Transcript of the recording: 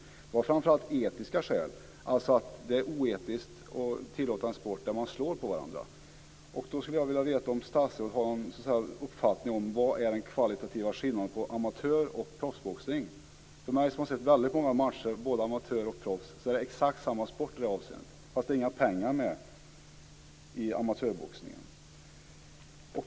Det var framför allt etiska skäl, alltså att det är oetiskt att tillåta en sport där man slår på varandra. Då skulle jag vilja veta om statsrådet har någon uppfattning om detta: Vilken är den kvalitativa skillnaden mellan amatör och proffsboxning? För mig som har sett väldigt många matcher, både mellan amatörer och proffs, är det exakt samma sport i det här avseendet - fast det är inga pengar med i amatörboxningen.